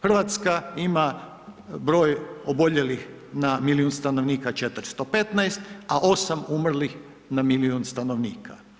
Hrvatska ima broj oboljelih na milijun stanovnika 415, a 8 umrlih na milijun stanovnika.